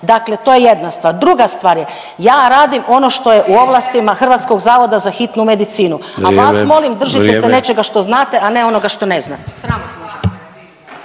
dakle to je jedna stvar. Druga stvar je, ja radim ono što je u ovlastima Hrvatskog zavoda za hitnu medicinu, a vas molim…/Upadica Sanader: Vrijeme, vrijeme/…držite se nečega što znate, a ne onoga što ne znate,